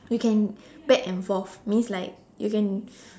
you can back and forth means like you can